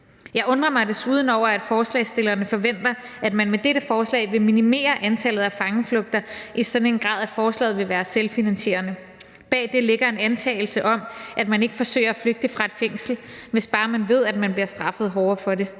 Jeg undrer mig desuden over, at forslagsstillerne forventer, at man med dette forslag vil minimere antallet af fangeflugter i en sådan grad, at forslaget vil være selvfinansierende. Bag det ligger en antagelse om, at man ikke forsøger at flygte fra et fængsel, hvis bare man ved, at man bliver straffet hårdere for det.